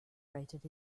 rated